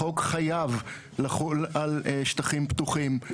החוק חייב לחול על שטחים פתוחים,